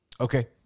Okay